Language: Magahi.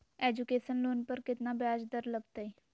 एजुकेशन लोन पर केतना ब्याज दर लगतई?